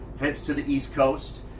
heads to the east coast.